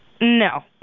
No